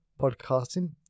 podcasting